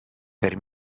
per